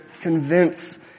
convince